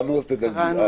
אם קראנו, תדלגי.